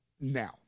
now